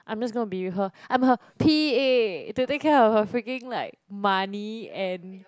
I'm just gonna be with her I'm her p_a to take care of her freaking like money and